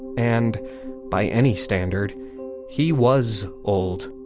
and by any standard he was old